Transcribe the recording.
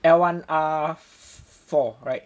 l one r four right